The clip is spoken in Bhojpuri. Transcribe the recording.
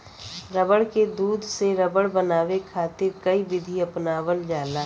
रबड़ के दूध से रबड़ बनावे खातिर कई विधि अपनावल जाला